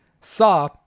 Saw